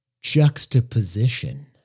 juxtaposition